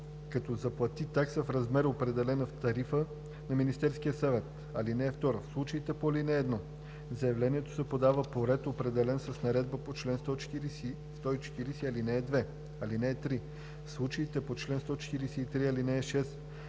като заплати такса в размер, определен в тарифа на Министерския съвет. (2) В случаите по ал. 1 заявлението се подава по ред, определен с наредбата по чл. 140, ал. 2. (3) В случаите по чл. 143, ал. 6